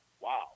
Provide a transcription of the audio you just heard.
wow